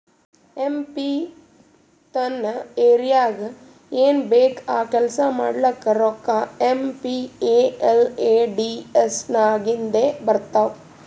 M P ತನ್ ಏರಿಯಾಗ್ ಏನ್ ಬೇಕ್ ಆ ಕೆಲ್ಸಾ ಮಾಡ್ಲಾಕ ರೋಕ್ಕಾ ಏಮ್.ಪಿ.ಎಲ್.ಎ.ಡಿ.ಎಸ್ ನಾಗಿಂದೆ ಬರ್ತಾವ್